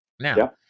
Now